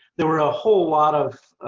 there were a whole lot of